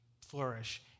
flourish